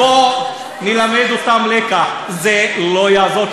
בואו נלמד אותם לקח, זה לא יעבור.